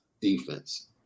defense